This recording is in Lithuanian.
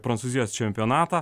prancūzijos čempionatą